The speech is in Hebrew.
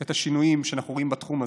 את השינויים שאנחנו רואים בתחום הזה,